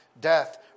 death